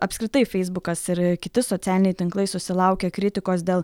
apskritai feisbukas ir kiti socialiniai tinklai susilaukia kritikos dėl